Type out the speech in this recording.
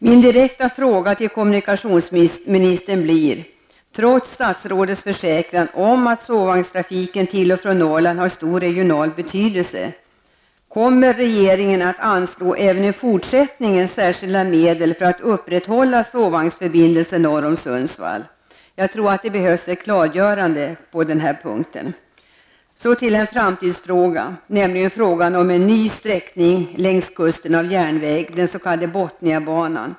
Min direkta fråga till kommunikationsministern blir, trots statsrådets försäkran om att sovvagnstrafiken till och från Norrland har stor regionalpolitisk betydelse: Kommer regeringen även i fortsättningen att anslå särskilda medel för att upprätthålla sovvagnsförbindelser norr om Sundsvall? Jag tror att det behövs ett klargörande på den punkten. Så till en framtidsfråga, nämligen frågan om en ny järnvägssträckning längs kusten, den s.k. Botniabanan.